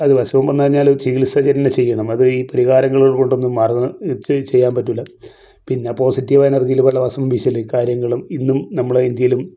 അസുഖം വന്നു കഴിഞ്ഞാൽ ചികിത്സ തന്നെ ചെയ്യണം അത് ഈ പരിഹാരങ്ങൾ കൊണ്ടൊന്നും മാറുന്നത് ചെയ്യാൻ പറ്റൂല്ല പിന്നെ പോസിറ്റീവ് എനർജീല് പല കാര്യങ്ങളും ഇന്നും നമ്മുടെ ഇന്ത്യയിലും